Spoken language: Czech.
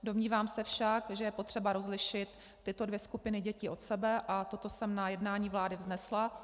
Domnívám se však, že je potřeba rozlišit tyto dvě skupiny dětí od sebe, a toto jsem na jednání vlády vznesla.